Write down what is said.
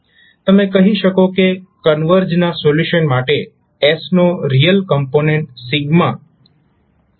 તમે કહી શકો કે કન્વર્જ ના સોલ્યુશન માટે s નો રિયલ કોમ્પોનેન્ટ c છે